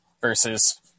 versus